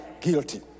guilty